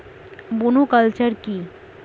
Monoculture কি?